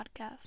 podcast